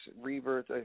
rebirth